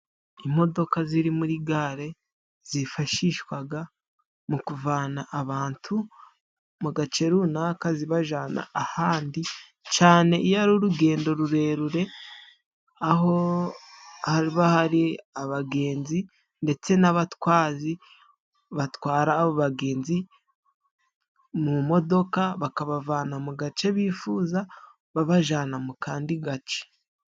Imodoka ziri muri gare zifashishwaga mu kuvana abantu mu gace runaka zibajana ahandi, cane iyo ari urugendo rurerure aho haba hari abagenzi ndetse n'abatwazi batwara abagenzi mu modoka bakabavana mu gace bifuza babajana mu kandi gace.